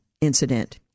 incident